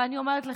ואני אומרת לך,